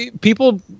people